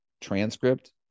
transcript